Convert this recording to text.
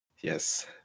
Yes